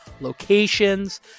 locations